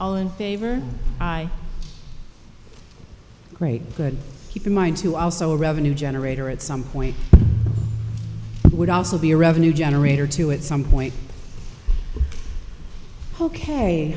all in favor i great that keep in mind too also a revenue generator at some point would also be a revenue generator to at some point ok